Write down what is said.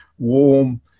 Warm